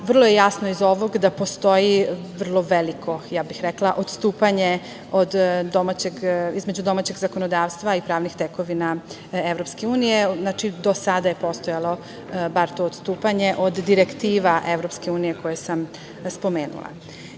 vrlo je jasno iz ovog da postoji vrlo veliko, ja bih rekla odstupanje između domaćeg zakonodavstva i pravnih tekovina EU. Znači, do sada je postojalo bar to odstupanje, od direktiva EU, koje sam spomenula.I